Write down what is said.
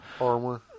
armor